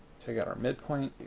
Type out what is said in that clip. take out our midpoint.